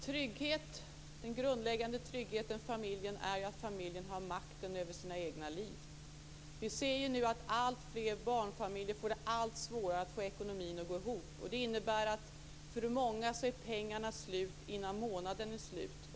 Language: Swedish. Fru talman! Den grundläggande tryggheten för familjen är att dess medlemmar har makten över sina egna liv. Vi ser nu att alltfler barnfamiljer får allt svårare att få ekonomin att gå ihop. Det innebär för många att pengarna är slut innan månaden är slut.